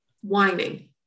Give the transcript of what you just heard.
whining